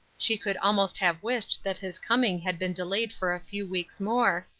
she could almost have wished that his coming had been delayed for a few weeks more,